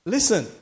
Listen